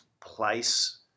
place